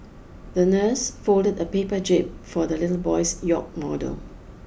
the nurse folded a paper jib for the little boy's yacht model